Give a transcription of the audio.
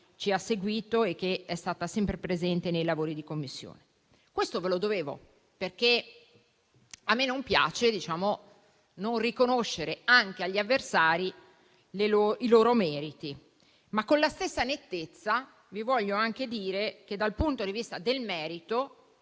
ci ha seguito e che è stata sempre presente ai lavori della Commissione. Questo ve lo dovevo, perché a me non piace non riconoscere anche agli avversari i loro meriti. Con la stessa nettezza, però, vi voglio anche dire che, dal punto di vista del merito,